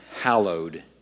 hallowed